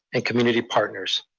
and community partners.